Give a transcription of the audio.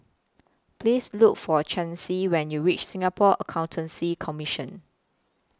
Please Look For Chancey when YOU REACH Singapore Accountancy Commission